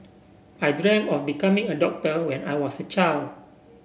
I dreamt of becoming a doctor when I was a child